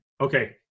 Okay